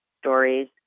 stories